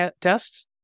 tests